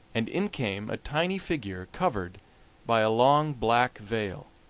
and in came a tiny figure covered by a long black veil.